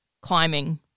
climbing